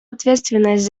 ответственность